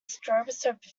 stroboscope